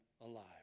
alive